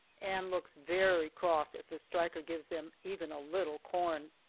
and looks very cross if the striker gives them even a little corn.